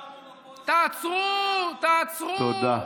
תעצרו, תעצרו,